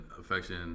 affection